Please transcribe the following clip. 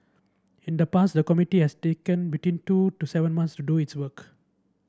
in the past the committee has taken between two to seven months to do its work